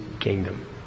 kingdom